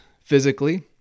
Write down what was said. physically